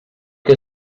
que